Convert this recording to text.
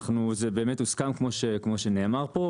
זה באמת הוסכם, כמו שנאמר פה.